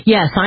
Yes